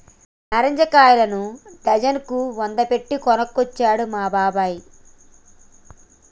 నారింజ కాయలను డజన్ కు వంద పెట్టి కొనుకొచ్చిండు మా బాబాయ్